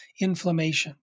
inflammation